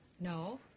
No